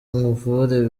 nkuvure